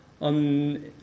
on